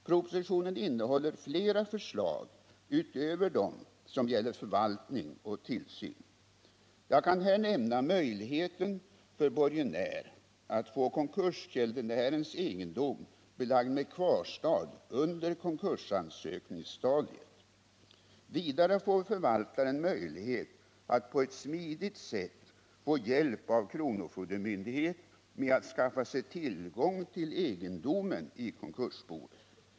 Propositionen innehåller flera förslag utöver dem som gäller förvaltning och tillsyn. Jag kan här nämna möjligheten för borgenär att få konkursgäldenärens egendom belagd med kvarstad under konkursansökningsstadiet. Vidare får förvaltaren möjlighet att på ett smidigt sätt få hjälp av kronofogdemyndighet med att skaffa sig tillgång till egendomen i konkursboet.